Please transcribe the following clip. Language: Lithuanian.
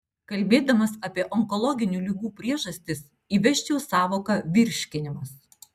kalbėdamas apie onkologinių ligų priežastis įvesčiau sąvoką virškinimas